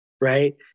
Right